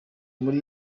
muri